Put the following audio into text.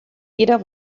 jeder